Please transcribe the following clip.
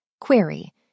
Query